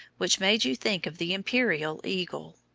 which made you think of the imperial eagle.